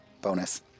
Bonus